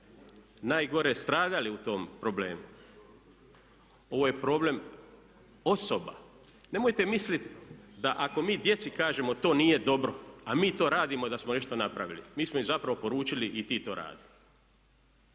najgore stradali u tom problemu. Ovo je problem osoba. Nemojte misliti da ako mi djeci kažemo to nije dobro a mi to radimo da smo nešto napravili. Mi smo im zapravo poručili i ti to radi.